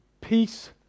peace